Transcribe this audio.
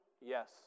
Yes